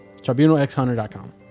tribunalxhunter.com